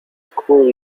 school